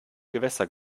gewässer